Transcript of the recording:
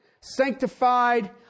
sanctified